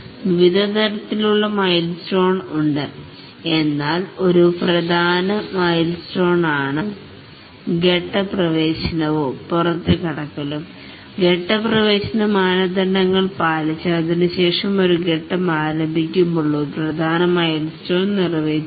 വിവിധ തരത്തിലുള്ള മയിൽസ്റ്റോൺസ് ഉണ്ട് എന്നാൽ ഒരു പ്രധാന മയിൽസ്റ്റോൺസആണ് ഘട്ടം പ്രവേശനവും പുറത്തുകടക്കലും ഘട്ടം പ്രവേശന മാനദണ്ഡങ്ങൾ പാലിച്ച് അതിനുശേഷം ഒരു ഘട്ടം ആരംഭിക്കുമ്പോൾ ഒരു പ്രധാന മയിൽസ്റ്റോൺസ് നിറവേറ്റുന്നു